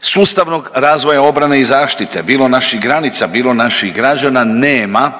Sustavnog razvoja obrane i zaštite bilo naših granica, bilo naših građana nema